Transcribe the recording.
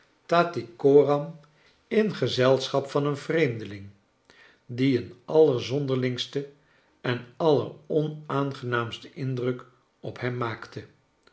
tattycoram in gezelschap van een vreemdeling die een allerzonderlingsten en alleronaangenaamsten indruk op hem maakte